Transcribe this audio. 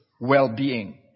well-being